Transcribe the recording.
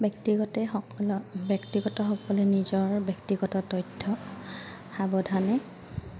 ব্যক্তিগতে সকল ব্যক্তিগতসকলে নিজৰ ব্যক্তিগত তথ্য সাৱধানে